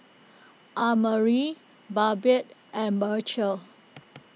Annmarie Babette and Beecher